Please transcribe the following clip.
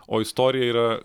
o istorija yra